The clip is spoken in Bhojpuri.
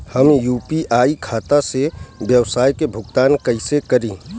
हम यू.पी.आई खाता से व्यावसाय के भुगतान कइसे करि?